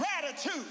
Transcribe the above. gratitude